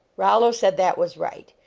rollo said that was right.